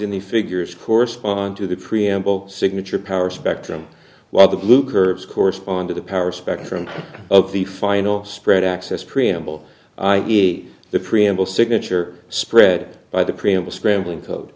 in the figures correspond to the preamble signature power spectrum while the blue curves correspond to the power spectrum of the final spread access preamble is the preamble signature spread by the preamble scrambling code